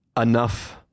enough